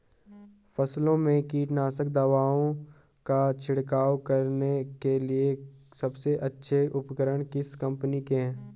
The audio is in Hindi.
फसलों में कीटनाशक दवाओं का छिड़काव करने के लिए सबसे अच्छे उपकरण किस कंपनी के हैं?